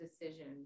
decision